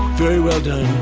very well done.